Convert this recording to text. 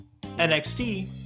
NXT